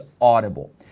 audible